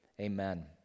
Amen